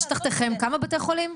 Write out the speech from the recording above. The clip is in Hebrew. יש תחתכם כמה בתי חולים?